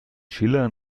schiller